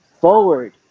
forward